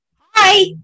Hi